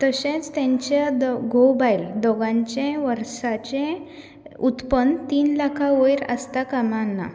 तशेंच तेंचे घोव बायल दोगांयचें वर्साचे उत्पन्न तीन लाखां वयर आसता कामां ना